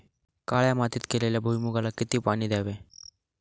काळ्या मातीत केलेल्या भुईमूगाला किती पाणी द्यावे?